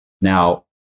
Now